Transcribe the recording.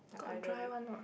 got dry one ah